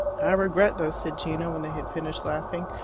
i regret though, said gino, when they had finished laughing,